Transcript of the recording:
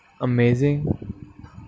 amazing